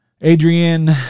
Adrian